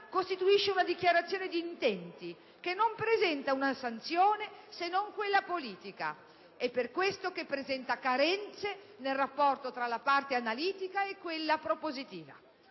costituisce una dichiarazione di intenti, che non presenta una sanzione se non quella politica. È per questa ragione che presenta carenze nel rapporto tra la parte analitica e quella propositiva.